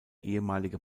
ehemalige